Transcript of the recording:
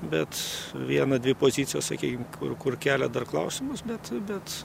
bet viena dvi pozicijos sakykim kur kur kelia dar klausimus bet bet